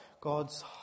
God's